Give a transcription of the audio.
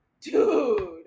dude